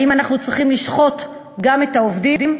האם אנחנו צריכים לשחוט גם את העובדים?